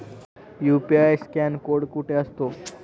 UPI scan code कुठे असतो?